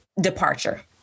departure